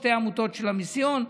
שתי עמותות של המיסיון.